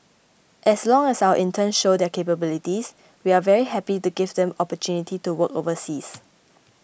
as long as our interns show their capabilities we are very happy to give them the opportunity to work overseas